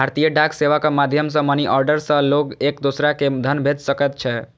भारतीय डाक सेवाक माध्यम सं मनीऑर्डर सं लोग एक दोसरा कें धन भेज सकैत रहै